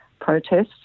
protests